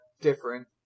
different